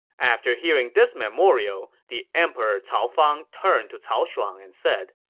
after hearing this memorial, the emperor cao fang turned to cao shuang and said,